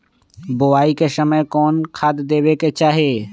बोआई के समय कौन खाद देवे के चाही?